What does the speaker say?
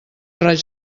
raig